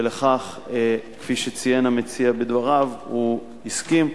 ולכך, כפי שציין המציע בדבריו, הוא הסכים.